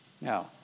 Now